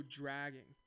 dragging